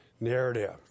narrative